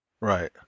Right